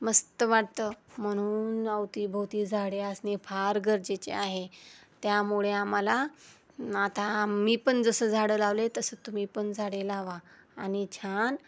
मस्त वाटतं म्हणून अवतीभोवती झाडे असणे फार गरजेचे आहे त्यामुळे आम्हाला आता मी पण जसं झाडं लावले तसं तुम्ही पण झाडे लावा आणि छान